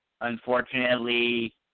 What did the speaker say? Unfortunately